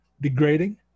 degrading